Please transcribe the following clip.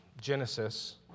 Genesis